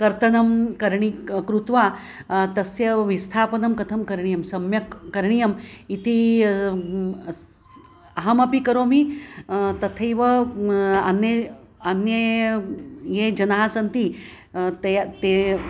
कर्तनं करणीयं क्रुत्वा तस्य विस्थापनं कथं करणीयं सम्यक् करणीयम् इति अहमपि करोमि तथैव अन्ये अन्ये ये जनाः सन्ति तया ते